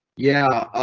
yeah.